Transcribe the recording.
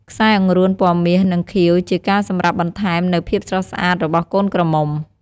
ខ្សែអង្រួនពណ៌មាសនិងខៀវជាការសម្រាប់បន្តែមនៅភាពស្រស់ស្អាតរបស់កូនក្រមំុ។